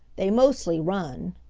they mostly run.